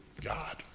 God